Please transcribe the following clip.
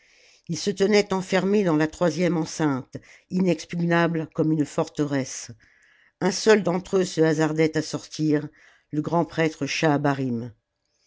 ils se tenaient enfermés dans la troisième enceinte inexpugnable comme une forteresse un seul d'entre eux se hasardait à sortir le grand-prêtre